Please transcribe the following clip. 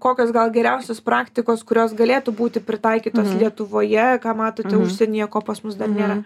kokios gal geriausios praktikos kurios galėtų būti pritaikytos lietuvoje ką matote užsienyje ko pas mus dar nėra